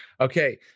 Okay